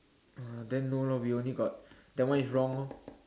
uh then no lor we only got that one is wrong orh